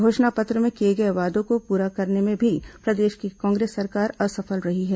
घोषणा पत्र में किए गए वादों को पूरा करने में भी प्रदेश की कांग्रेस सरकार असफल रही है